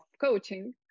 coaching